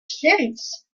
since